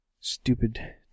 Stupid